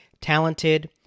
talented